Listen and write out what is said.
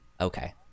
okay